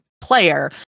player